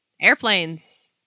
Airplanes